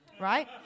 right